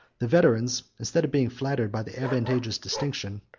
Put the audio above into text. the veterans, instead of being flattered by the advantageous distinction,